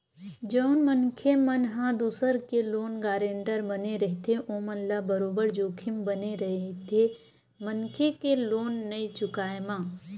जउन मनखे मन ह दूसर के लोन गारेंटर बने रहिथे ओमन ल बरोबर जोखिम बने रहिथे मनखे के लोन नइ चुकाय म